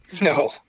No